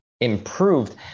improved